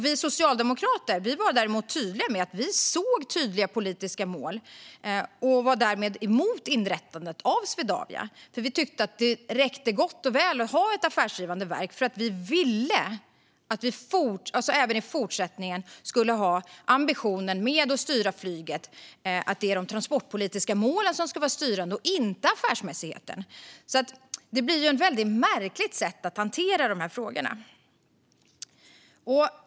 Vi socialdemokrater sa uttryckligt att vi såg tydliga politiska mål, och vi var därmed emot inrättandet av Swedavia. Vi tyckte att det räckte gott och väl att ha ett affärsdrivande verk därför att vi ville att ambitionen att styra flyget skulle finnas även i fortsättningen, det vill säga att de transportpolitiska målen ska vara styrande - inte affärsmässigheten. Det blir ett märkligt sätt att hantera frågorna.